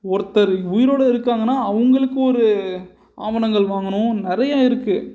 ஒருத்தர் உயிரோட இருக்காங்கனால் அவங்களுக்கும் ஒரு ஆவணங்கள் வாங்கணும் நிறையா இருக்குது